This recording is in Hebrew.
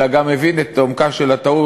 אלא גם מבין את עומקה של הטעות,